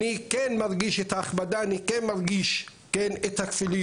אני כן מרגיש את ההכבדה.